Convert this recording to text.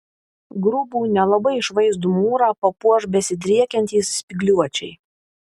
grubų nelabai išvaizdų mūrą papuoš besidriekiantys spygliuočiai